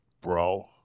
bro